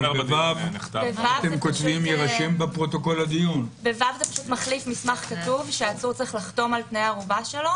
ב-(ו) זה מחליף מסמך כתוב שהעצור צריך לחתום על תאני ערובה שלו